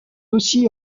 aussi